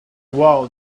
wow